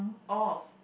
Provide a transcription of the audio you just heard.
oh